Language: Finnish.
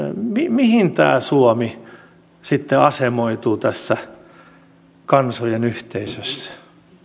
mihin suomi sitten asemoituu tässä kansojen yhteisössä